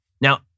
Now